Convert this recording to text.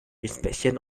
inspection